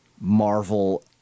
Marvel